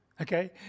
Okay